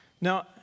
Now